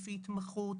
לפי התמחות,